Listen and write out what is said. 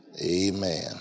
Amen